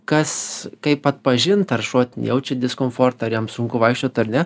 kas kaip atpažint ar šuo ten jaučia diskomfortą jam sunku vaikščiot ar ne